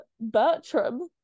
Bertram